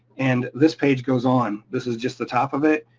and this page goes on. this is just the top of it,